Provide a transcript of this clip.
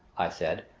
i said,